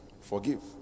forgive